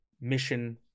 mission